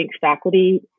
faculty